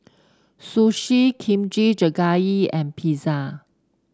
Sushi Kimchi Jjigae and Pizza